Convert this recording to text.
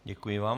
Děkuji vám.